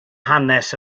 hanes